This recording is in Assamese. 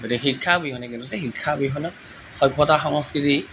গতিকে শিক্ষা অবিহনে কি হৈছে শিক্ষা অবিহনে সভ্যতা সংস্কৃতি